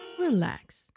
Relax